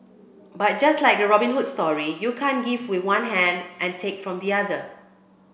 but just like the Robin Hood story you can't give with one hand and take from the other